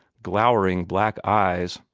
glowering black eyes,